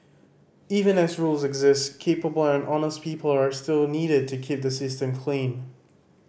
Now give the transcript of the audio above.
even as rules exist capable and honest people are still needed to keep the system clean